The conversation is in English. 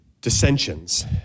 dissensions